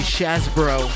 Shazbro